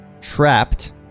Trapped